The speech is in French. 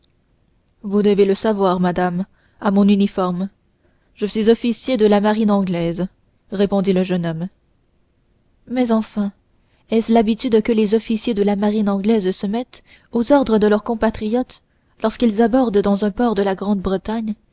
vous devez le voir madame à mon uniforme je suis officier de la marine anglaise répondit le jeune homme mais enfin est-ce l'habitude que les officiers de la marine anglaise se mettent aux ordres de leurs compatriotes lorsqu'ils abordent dans un port de la grande-bretagne